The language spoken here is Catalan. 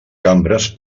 cambres